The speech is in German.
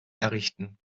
errichten